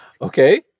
Okay